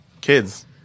kids